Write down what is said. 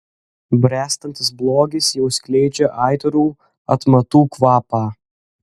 bręstantis blogis jau skleidžia aitrų atmatų kvapą